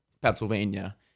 Pennsylvania